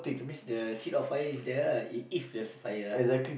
that means the seat of fire is there lah if if there's fire ah